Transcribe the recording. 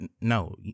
No